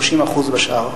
30% בשאר,